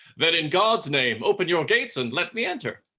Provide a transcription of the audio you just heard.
then in god's name open your gates, and let me enter.